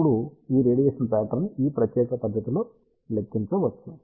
ఇప్పుడు ఈ radiation pattern ని ఈ ప్రత్యేక పద్ధతిలో లెక్కించవచ్చు